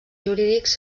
jurídics